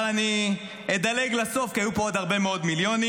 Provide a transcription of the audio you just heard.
אבל אדלג לסוף, כי היו פה עוד הרבה מאוד מיליונים,